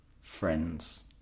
Friends